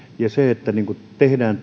ja kun tehdään